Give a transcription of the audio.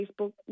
Facebook